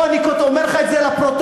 פה אני אומר לך את זה לפרוטוקול.